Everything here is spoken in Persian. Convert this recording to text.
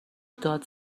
داد